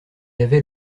avait